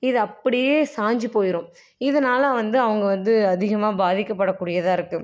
இது அப்படியே சாஞ்சு போயிடும் இதனால் வந்து அவங்க வந்து அதிகமாக பாதிக்கப்படக்கூடியதாக இருக்குது